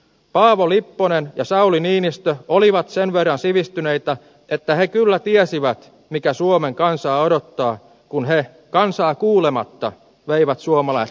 paavo lipponen ja sauli niinistö olivat sen verran sivistyneitä että he kyllä tiesivät mikä suomen kansaa odottaa kun he kansaa kuulematta veivät suomalaiset rahaliittoon